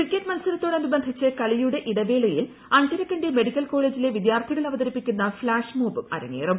cricket മത്സരത്തോടനുബന്ധിച്ച് കളിയുടെ ഇടവേളയിൽ അഞ്ചരക്കണ്ടി മെഡിക്കൽ കോളജിലെ വിദ്യാർഥികൾ അവതരിപ്പിക്കുന്ന ഫ്ളാഷ് മോബും അരങ്ങേറും